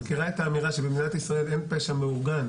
מכירה את האמירה שבמדינת ישראל אין פשע מאורגן?